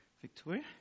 Victoria